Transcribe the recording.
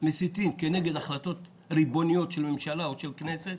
מסיתים נגד החלטות ריבוניות של הממשלה או של הכנסת,